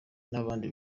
n’abandi